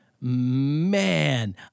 man